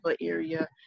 area